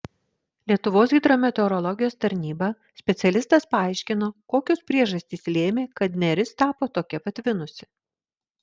lietuvos hidrometeorologijos tarnyba specialistas paaiškino kokios priežastys lėmė kad neris tapo tokia patvinusi